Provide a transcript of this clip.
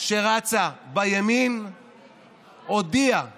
שרצה בימין הודיעה